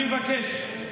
אני מבקש,